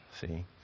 see